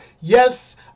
Yes